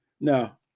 Now